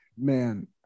man